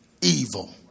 evil